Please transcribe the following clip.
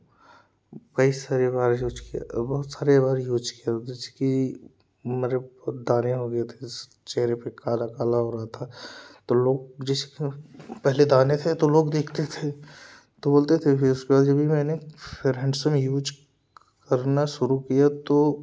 कई सारी बार यूज़ किया बहुत सारी हमारी यूज़ किया यूज़ की मेरे बहुत दाने हो गए थे उस चेहरे पर काला काला हो रहा था तो लोग जैसे फु पहले दाने थे तो लोग देखते थे तो बोलते थे इसके बाद जब भी मैंने फेयर हैण्डसम यूज़ करना शुरु किए तो